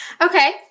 Okay